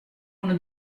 uno